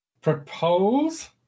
propose